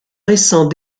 récent